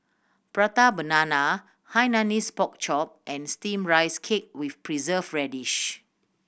Prata Banana Hainanese Pork Chop and Steamed Rice Cake with preserve radish